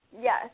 yes